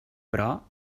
però